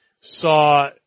saw